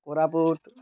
Koraput